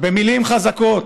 במילים חזקות,